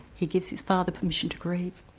he gives his father permission to grieve.